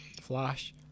Flash